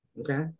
Okay